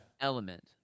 element